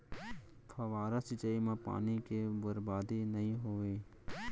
फवारा सिंचई म पानी के बरबादी नइ होवय